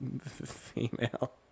female